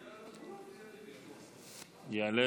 בבקשה, שלוש דקות לרשותך, אדוני.